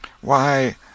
Why